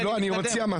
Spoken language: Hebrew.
אני רוצה להציע.